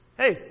Hey